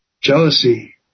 Jealousy